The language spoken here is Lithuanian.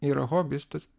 yra hobis tas